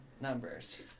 numbers